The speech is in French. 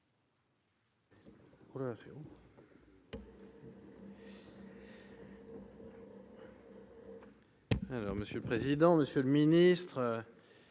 Monsieur le président, monsieur le ministre,